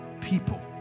people